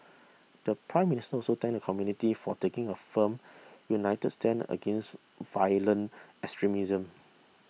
the Prime Minister also thanked the community for taking a firm united stand against violent extremism